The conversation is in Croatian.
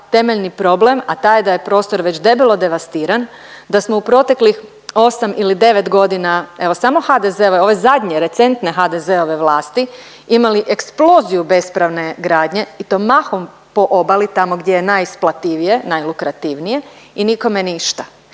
temeljni problem, a taj je da je prostor već debelo devastiran, da smo u proteklih osam ili devet godina, evo samo HDZ-ove ove zadnje recentne HDZ-ove vlasti imali eksploziju bespravne gradnje i to mahom po obali tamo gdje je najisplativije, najlukrativnije i nikome ništa.